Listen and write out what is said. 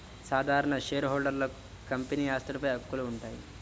సాధారణ షేర్హోల్డర్లకు కంపెనీ ఆస్తులపై హక్కులు ఉంటాయి